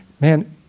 Man